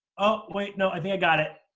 oh. wait. no. i think i got it.